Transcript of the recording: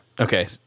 okay